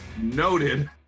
noted